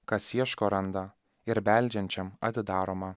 kas ieško randa ir beldžiančiam atidaroma